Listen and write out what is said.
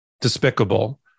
despicable